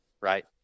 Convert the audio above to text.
right